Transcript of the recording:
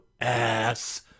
ass